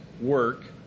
work